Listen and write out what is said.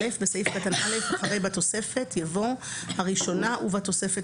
בסעיף קטן (א) אחרי "בתוספת" יבוא "הראשונה ובתוספת